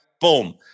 Boom